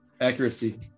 Accuracy